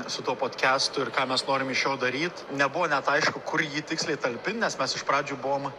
su tuo podkestu ir ką mes norim iš jo daryt nebuvo net aišku kur jį tiksliai talpint nes mes iš pradžių buvom